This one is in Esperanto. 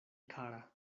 kara